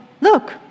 look